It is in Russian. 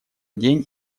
день